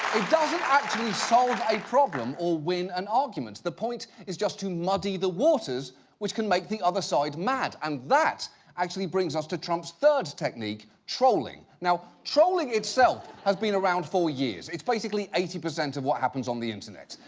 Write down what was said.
it doesn't actually solve a problem or win an argument. the point is just to muddy the waters which can make the other side mad, and um that brings us to trump's third technique. trolling. now trolling itself has been around for years. it's basically eighty percent of what happens on the internet.